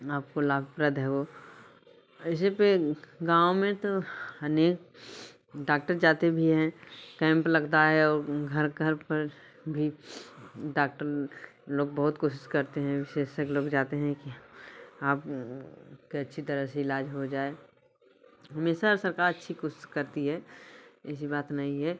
आपको लाभप्रद है वो ऐसे पे गाँव में तो अनेक डाक्टर जाते भी हैं कैंप लगता है और घर घर पर भी डाक्टर लोग बहुत कोशिश करते हैं विशेषज्ञ लोग जाते हैं कि आप के अच्छी तरह से इलाज हो जाए हमेशा सरकार अच्छी कोशिश करती है ऐसी बात नहीं है